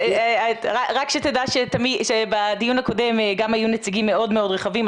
רק שתדע שבדיון הקודם גם היו נציגים מאוד מאוד רחבים.